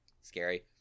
scary